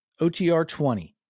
OTR20